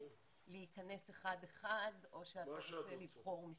להיכנס אחד אחד או שאתה רוצה לבחור משרדים?